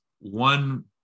one